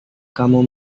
kamu